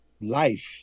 life